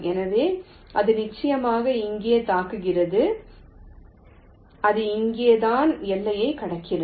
எனவே அது நிச்சயமாக இங்கே தாக்குகிறது அது இங்கே தான் எல்லையை கடக்கிறது